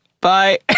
bye